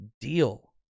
deal